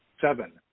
seven